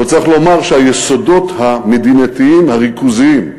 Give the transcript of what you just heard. אבל צריך לומר שהיסודות המדינתיים הריכוזיים,